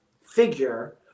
figure